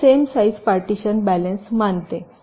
हे same size partition balance मानते